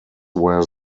where